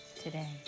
today